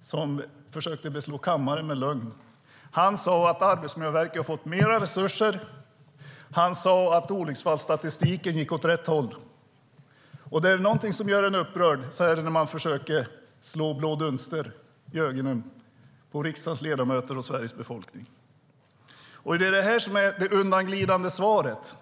som försökte beslå kammaren med lögn. Han sade att Arbetsmiljöverket har fått mer resurser, och han sade att olycksfallsstatistiken går åt rätt håll. Om det är någonting som gör mig upprörd så är det när man försöker slå blå dunster i ögonen på riksdagsledamöter och Sveriges befolkning. Det är det här som är det undanglidande svaret.